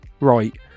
right